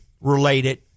related